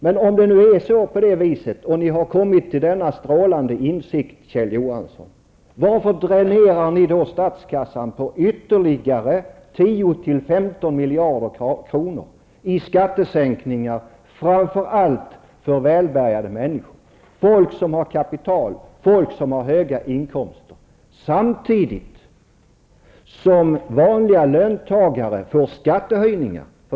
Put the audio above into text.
Men om det nu är så och ni har kommit till denna strålande insikt, Kjell Johansson, varför dränerar ni då statskassan på ytterligare 10--15 miljarder kronor i skattesänkningar, framför allt för välbärgade människor, folk som har kapital och som har höga inkomster, samtidigt som vanliga löntagare får skattehöjningar?